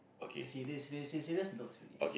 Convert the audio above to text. serious serious serious serious not serious